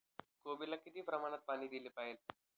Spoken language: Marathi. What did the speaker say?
कोबीला किती प्रमाणात पाणी दिले पाहिजे?